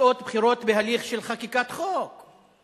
תוצאות בחירות בהליך של חקיקת חוק רטרואקטיבי.